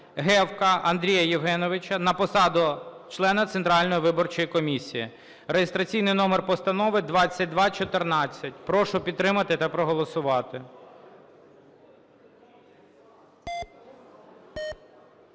Гевка Андрія Євгеновича на посаду члена Центральної виборчої комісії (реєстраційний номер постанови 2214). Прошу підтримати та проголосувати.